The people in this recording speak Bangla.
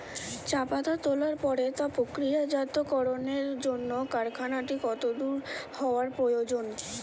চা পাতা তোলার পরে তা প্রক্রিয়াজাতকরণের জন্য কারখানাটি কত দূর হওয়ার প্রয়োজন?